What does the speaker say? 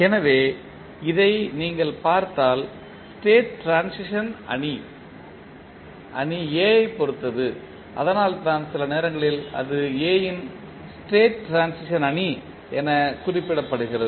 எனவே இதை நீங்கள் பார்த்தால் ஸ்டேட் ட்ரான்சிஷன் அணி அணி A ஐப் பொறுத்தது அதனால்தான் சில நேரங்களில் அது A இன் ஸ்டேட் ட்ரான்சிஷன் அணி என குறிப்பிடப்படுகிறது